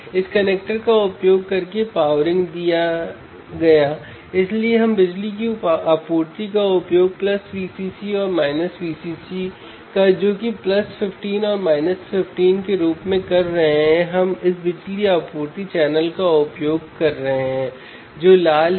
R2 के बजाय आपके पास Rg है